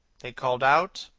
they called out.